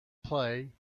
play